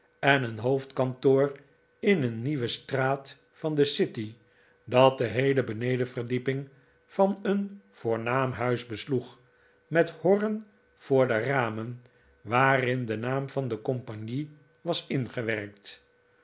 en een hoofdkantoor in een nieuwe straat van de city dat de heele benedenverdieping van een voornaam huis besloeg met horren voor de ramen waatin de naam van de compagnie was ingewerkt